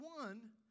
one